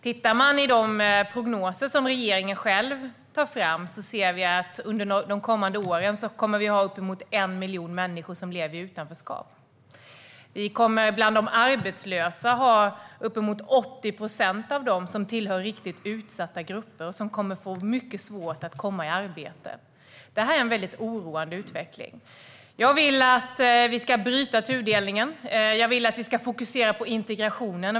Tittar man i de prognoser regeringen själv tar fram ser man att vi under de kommande åren kommer att ha uppemot 1 miljon människor som lever i utanförskap. Bland de arbetslösa kommer uppemot 80 procent att tillhöra riktigt utsatta grupper, som kommer att få mycket svårt att komma i arbete. Detta är en väldigt oroande utveckling. Jag vill att vi ska bryta tudelningen, och jag vill att vi ska fokusera på integrationen.